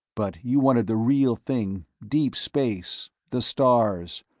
but you wanted the real thing, deep space, the stars,